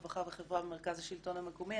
רווחה וחברה במרכז השלטון המקומי.